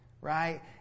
right